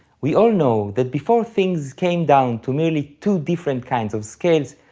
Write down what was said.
we all know that before things came down to merely two different kinds of scales,